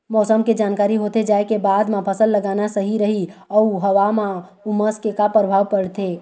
मौसम के जानकारी होथे जाए के बाद मा फसल लगाना सही रही अऊ हवा मा उमस के का परभाव पड़थे?